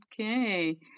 Okay